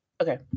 Okay